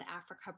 Africa